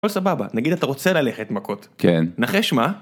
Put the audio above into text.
הכל סבבה, נגיד אתה רוצה ללכת, מכות. כן. נחש מה.